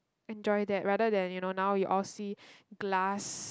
enjoy that rather than you know now you all see glass